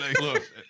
Look